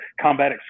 combat